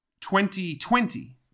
2020